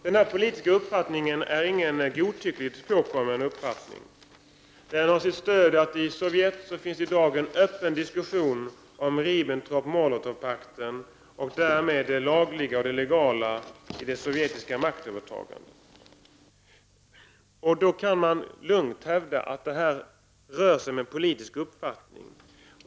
Denna politiska uppfattning är ingen godtyckligt påkommen uppfattning. Den har sitt stöd i att det i Sovjet i dag förekommer en öppen diskussion om Ribbentrop-Molotov-pakten och därmed det legala i det sovjetiska maktövertagandet. Man kan alltså lugnt hävda att det här rör sig om en politisk uppfattning.